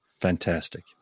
Fantastic